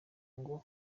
ngo